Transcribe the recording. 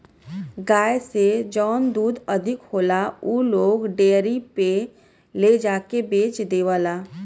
गाय से जौन दूध अधिक होला उ लोग डेयरी पे ले जाके के बेच देवला